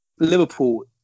Liverpool